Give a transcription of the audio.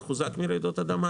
שמחוזק מפני רעידות אדמה,